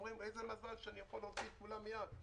הם אומרים: איזה מזל שאני יכול להוציא את כולם מייד.